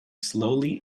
slowly